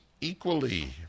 equally